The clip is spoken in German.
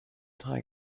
drei